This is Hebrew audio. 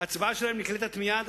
ההצבעה שלהם נקלטת מייד,